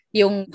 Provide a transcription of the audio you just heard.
yung